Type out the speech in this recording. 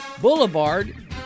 Boulevard